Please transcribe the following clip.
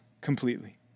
completely